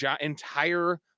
entire